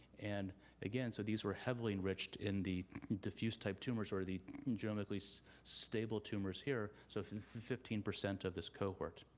and again so these were heavily enriched in the diffuse type tumors or the genomically so stable tumors here, so fifteen percent of this cohort.